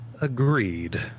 Agreed